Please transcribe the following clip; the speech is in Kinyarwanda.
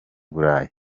burayi